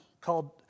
called